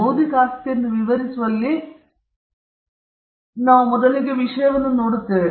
ಬೌದ್ಧಿಕ ಆಸ್ತಿಯನ್ನು ವಿವರಿಸುವಲ್ಲಿ ನಾವು ಮೊದಲಿಗೆ ವಿಷಯವನ್ನು ನೋಡುತ್ತೇವೆ